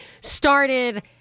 started